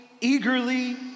eagerly